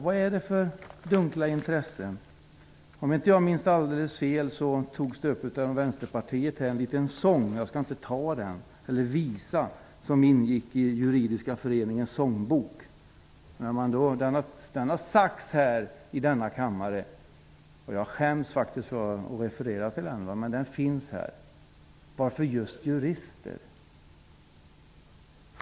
Vad är det för dunkla intressen? Om jag inte minns alldeles fel tog en vänsterpartist upp en visa som ingick i Juridiska föreningens sångbok. Denna visa har lästs upp i denna kammare. Jag skäms för att referera till den. Varför just jurister?